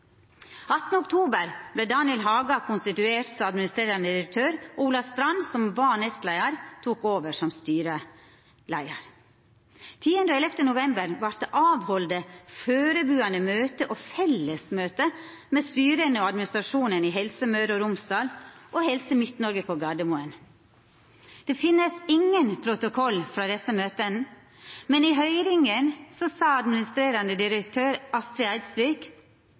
18. oktober vert Daniel Haga konstituert som administrerande direktør, og Ola Strand, som då var nestleiar, tok over som styreleiar. Den 10. og 11. november vart det halde førebuande møte og fellesmøte med styra og administrasjonen i Helse Møre og Romsdal og Helse Midt-Noreg på Gardermoen. Det finst ingen protokoll frå desse møta, men i høyringa sa administrerande direktør Astrid Eidsvik